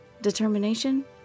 Determination